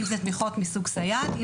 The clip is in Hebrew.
אם זה תמיכות מסוג סייעת,